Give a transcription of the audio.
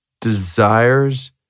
desires